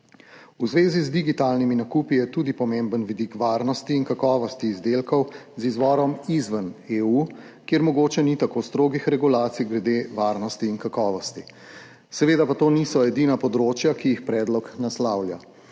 V zvezi z digitalnimi nakupi je tudi pomemben vidik varnosti in kakovosti izdelkov z izvorom izven EU, kjer mogoče ni tako strogih regulacij glede varnosti in kakovosti. Seveda pa to niso edina področja, ki jih predlog naslavlja.